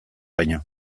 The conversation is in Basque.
baino